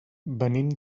venim